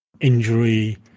injury